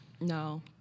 No